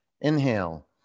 Inhale